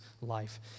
life